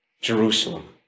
Jerusalem